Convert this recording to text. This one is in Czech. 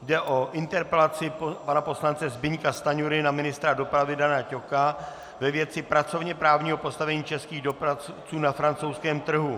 Jde o interpelaci pana poslance Zbyňka Stanjury na ministra dopravy Dana Ťoka ve věci pracovněprávního postavení českých dopravců na francouzském trhu.